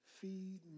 Feed